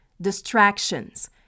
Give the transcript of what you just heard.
distractions